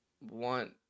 want